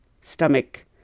stomach